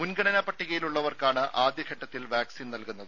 മുൻഗണനാ പട്ടികയിൽ ഉള്ളവർക്കാണ് ആദ്യ ഘട്ടത്തിൽ വാക്സിൻ നൽകുന്നത്